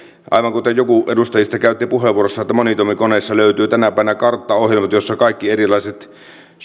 aivan kuten joku edustajista sanoi puheenvuorossaan monitoimikoneista löytyy tänä päivänä karttaohjelmat joista kaikki erilaiset